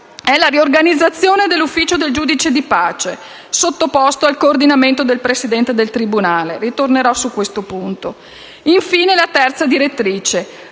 la terza direttrice